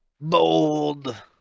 Bold